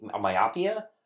myopia